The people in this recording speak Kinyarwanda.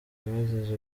bazize